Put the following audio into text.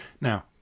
Now